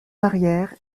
arrière